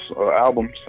albums